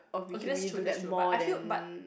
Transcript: okay that's true that's true but I feel but